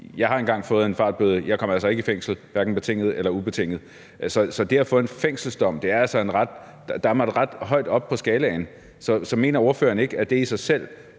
Jeg har engang fået en fartbøde, og jeg fik altså ikke en fængselsdom, hverken betinget eller ubetinget. Så når man får en fængselsdom, er man altså ret højt oppe på skalaen. Så mener ordføreren ikke – både ud fra et